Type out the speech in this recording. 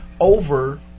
over